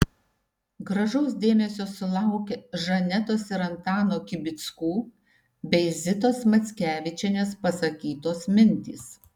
gražaus dėmesio sulaukė žanetos ir antano kibickų bei zitos mackevičienės pasakytos mintys